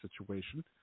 situation